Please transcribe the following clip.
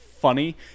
funny